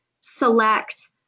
select